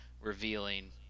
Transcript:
revealing